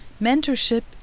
Mentorship